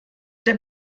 der